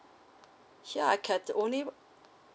here I can only